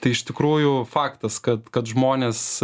tai iš tikrųjų faktas kad kad žmonės